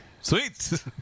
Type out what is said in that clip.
Sweet